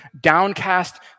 downcast